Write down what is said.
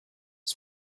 ich